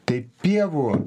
tai pievų